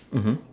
mmhmm